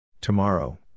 Tomorrow